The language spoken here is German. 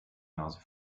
nase